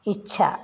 इच्छा